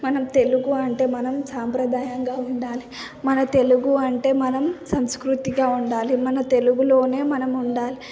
మనం తెలుగు అంటే మనం సాంప్రదాయంగా ఉండాలి మన తెలుగు అంటే మనం సంస్కృతిగా ఉండాలి మన తెలుగులోనే మనం ఉండాలి